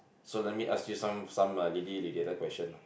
so let me ask you some some lady related question ah